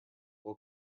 will